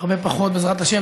הרבה פחות, בעזרת השם.